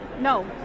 No